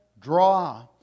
draw